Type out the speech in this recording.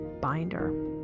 binder